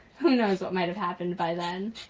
who knows what might have happened by then?